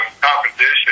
competition